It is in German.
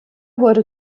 wurde